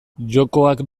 jokoak